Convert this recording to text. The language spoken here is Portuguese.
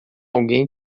alguém